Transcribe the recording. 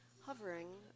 Hovering